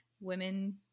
women